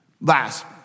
Last